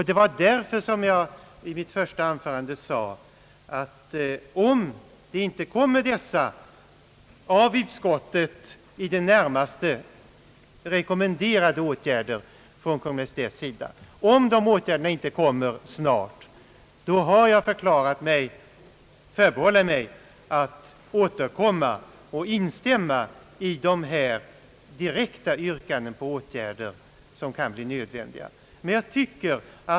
Det var därför jag i mitt första anförande sade, att om de av utskottet antydda åtgärderna inte snart vidtas av Kungl. Maj:t, då har jag förbehållit mig möjligheten att återkomma och instämma i de direkta yrkanden på åtgärder som kan bli nödvändiga.